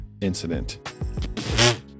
incident